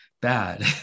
bad